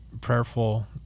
prayerful